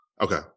Okay